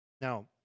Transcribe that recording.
Now